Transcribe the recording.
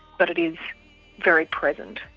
but it is very present.